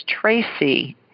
Tracy